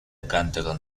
canta